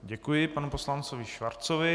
Děkuji panu poslanci Schwarzovi.